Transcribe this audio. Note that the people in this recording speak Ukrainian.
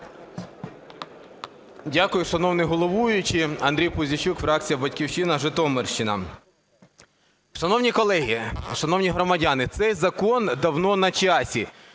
Дякую, шановний головуючий. Андрій Пузійчук, фракція "Батьківщина", Житомирщина. Шановні колеги, шановні громадяни, цей закон давно на часі.